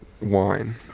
wine